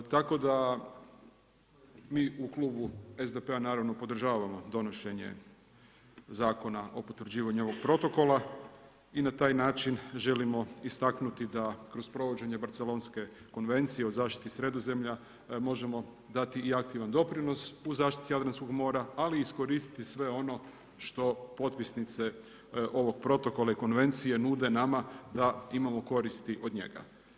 Tako da mi u klubu SDP-a naravno podržavamo donošenje Zakona o potvrđivanju ovog Protokola i na taj način želimo istaknuti da kroz provođenje Barcelonske konvencije o zaštiti Sredozemlja možemo dati i aktivan doprinos u zaštiti Jadranskog mora ali i iskoristiti sve ono što potpisnice ovog protokola i konvencije nude nama da imamo koristi od njega.